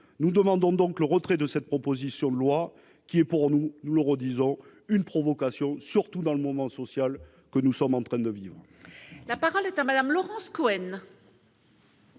Nous demandons donc le retrait de cette proposition de loi, qui- nous le répétons -est une provocation, surtout dans le moment social que nous sommes en train de vivre. La parole est à Mme Laurence Cohen,